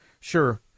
Sure